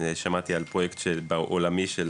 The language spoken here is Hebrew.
שמעתי על פרויקט עולמי של